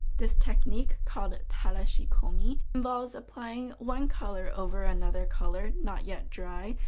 this technique, called tarashikomi, involves applying one color over another color not yet dry,